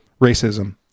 racism